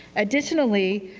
additionally,